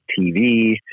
TV